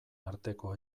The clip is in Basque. arteko